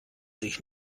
sich